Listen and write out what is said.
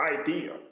idea